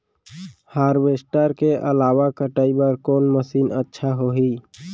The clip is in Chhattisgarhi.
हारवेस्टर के अलावा कटाई बर कोन मशीन अच्छा होही?